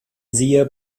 siehe